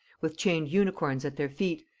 with chained unicorns at their feet,